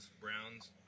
Browns